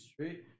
straight